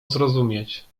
zrozumieć